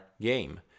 game